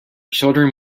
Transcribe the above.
children